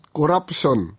Corruption